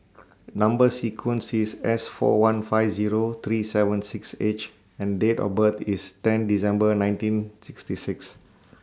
Number sequence IS S four one five Zero three seven six H and Date of birth IS ten December nineteen sixty six